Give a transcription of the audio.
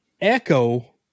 Echo